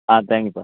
ah thank you பா